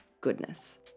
goodness